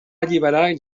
alliberar